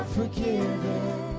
forgiven